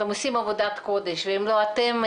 אתם עושים עבודת קודש ואם לא אתם,